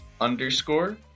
underscore